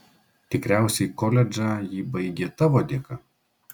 tikriausiai koledžą ji baigė tavo dėka